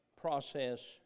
process